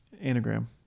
Anagram